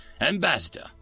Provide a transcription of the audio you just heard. Ambassador